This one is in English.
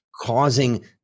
causing